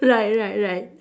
right right right